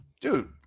dude